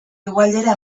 hegoaldera